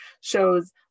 shows